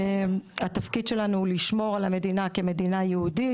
התפקיד שלנו הוא לשמור על המדינה כמדינה יהודית,